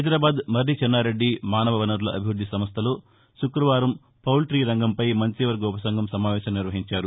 హైదరాబాద్ మురి చెన్నారెడ్డి మానవ వనరుల అభివృద్ధి సంస్థలో శుక్రవారం పౌట్టీరంగంపై మంత్రివర్గ ఉపసంఘం సమావేశం నిర్వహించారు